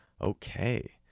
Okay